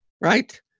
right